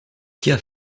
kia